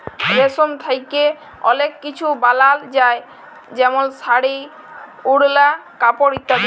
রেশম থ্যাকে অলেক কিছু বালাল যায় যেমল শাড়ি, ওড়লা, কাপড় ইত্যাদি